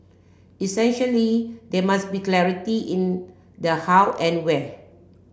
essentially there must be clarity in the how and where